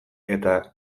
eta